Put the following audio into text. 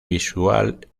visual